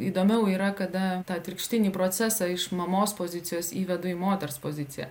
įdomiau yra kada tą atvirkštinį procesą iš mamos pozicijos įvedu į moters poziciją